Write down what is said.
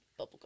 bubblegum